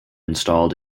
installed